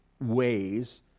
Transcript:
ways